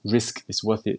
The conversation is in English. risk is worth it